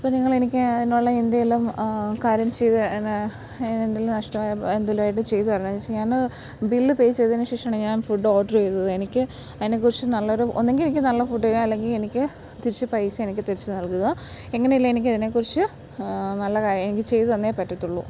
അപ്പം നിങ്ങളെനിക്ക് അതിനുള്ള എന്തെങ്കിലും കാര്യം ചെയ്യാം എന്നാ എന്തേലും നഷ്ടമായി എന്തെങ്കിലുമായിട്ട് ചെയ്തു തരണം എന്നു വെച്ചാൽ ഞാൻ ബില്ല് പേ ചെയ്തതിനു ശേഷമാണ് ഞാൻ ഫുഡ് ഓഡർ ചെയ്തത് എനിക്ക് അതിനെക്കുറിച്ച് നല്ലൊരു ഒന്നിങ്കിൽ എനിക്ക് നല്ല ഫുഡ് തരിക അല്ലെങ്കിൽ എനിക്ക് തിരിച്ച് പൈസ എനിക്ക് തിരിച്ച് നല്കുക എങ്ങനെയെങ്കിലും എനിക്കതിനേക്കുറിച്ച് നല്ലതാണ് എനിക്ക് ചെയ്തു തന്നേ പറ്റത്തുള്ളു